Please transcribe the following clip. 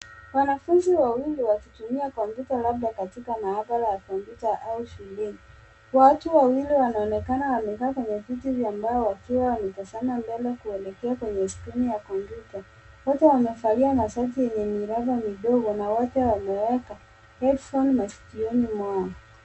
Wanafunzi wawili wakitumia kompyuta labda katika maabara ya kompyuta au shuleni. Watu wawili wanaonekana wamekaa kwenye viti vya mbao wakiwa wanatazama mbele kuelekea kwenye skrini ya kompyuta. Wote wamevalia mashati yenye miraba midogo na wote wameweka headphones masikioni mwao.